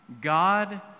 God